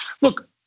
Look